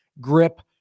grip